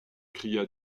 cria